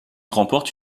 remporte